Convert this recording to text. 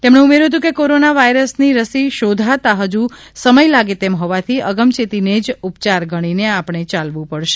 તેમણે ઉમેર્યું હતું કે કોરોના વાઇરસની રસી શોધતા હજુ સમય લાગે તેમ હોવાથી અગમચેતી ને જ ઉપયાર ગણી ને આપણે યાલવું પડશે